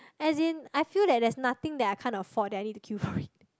as in I feel that there's nothing I can't afford that I need to queue for it